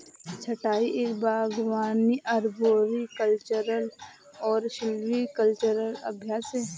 छंटाई एक बागवानी अरबोरिकल्चरल और सिल्वीकल्चरल अभ्यास है